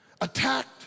attacked